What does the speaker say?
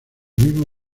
mismo